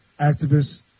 activists